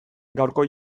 gaurko